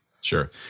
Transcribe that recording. Sure